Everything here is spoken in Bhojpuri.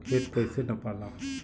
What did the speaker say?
खेत कैसे नपाला?